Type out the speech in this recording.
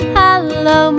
hello